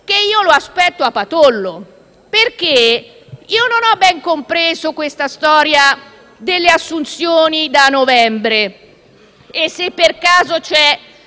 che lo aspetto a patollo, perché non ho ben compreso questa storia delle assunzioni da novembre e se per caso c'è